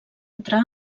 entrar